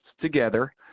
together